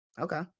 Okay